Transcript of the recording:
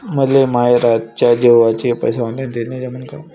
मले माये रातच्या जेवाचे पैसे ऑनलाईन देणं जमन का?